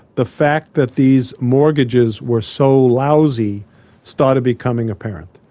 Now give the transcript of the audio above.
the fact that these mortgages were so lousy started becoming apparent.